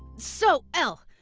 so, elle,